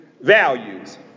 values